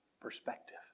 perspective